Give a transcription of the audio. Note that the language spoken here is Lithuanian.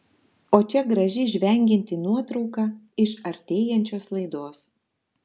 o čia graži žvengianti nuotrauka iš artėjančios laidos